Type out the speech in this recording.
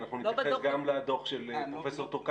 אנחנו נתייחס גם לדוח של פרופ' טור-כספא,